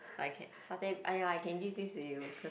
I can satay !aiya! I can give this to you cause